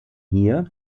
hier